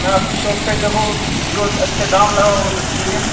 میں آپ کی شاپ پہ دیکھو جو اچھے دام لگاؤ ہو گے تو ٹھیک ہے